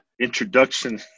introduction